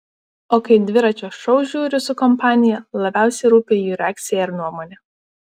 o kai dviračio šou žiūriu su kompanija labiausiai rūpi jų reakcija ir nuomonė